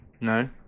no